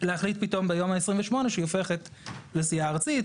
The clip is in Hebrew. להחליט פתאום ביום ה-28 שהיא הופכת לסיעה ארצית,